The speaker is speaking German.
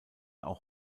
auch